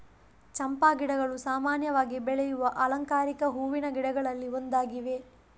ಚಂಪಾ ಗಿಡಗಳು ಸಾಮಾನ್ಯವಾಗಿ ಬೆಳೆಯುವ ಅಲಂಕಾರಿಕ ಹೂವಿನ ಗಿಡಗಳಲ್ಲಿ ಒಂದಾಗಿವೆ